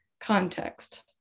context